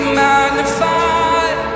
magnified